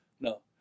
No